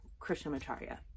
Krishnamacharya